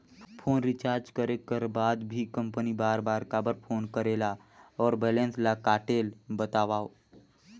Phone recharge करे कर बाद भी कंपनी बार बार काबर फोन करेला और बैलेंस ल काटेल बतावव?